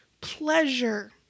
pleasure